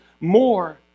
more